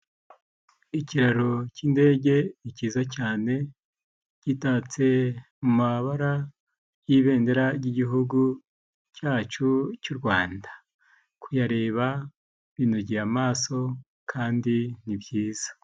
Ikiraro cy'indege ni cyiza cyane, gitatse amabara y'ibendera ry'igihugu cyacu cy'u Rwanda. Kuyareba binogeye amaso kandi ni byiza.